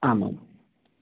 आम् आम्